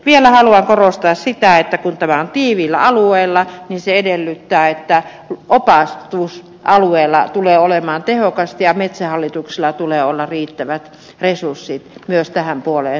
vielä haluan korostaa sitä että kun tämä on tiiviillä alueella niin se edellyttää että opastus alueella tulee olemaan tehokasta ja metsähallituksella tulee olla riittävät resurssit myös tähän puoleen satsata